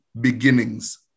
beginnings